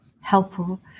helpful